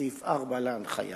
סעיף 4 להנחיה.